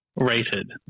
Rated